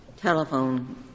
telephone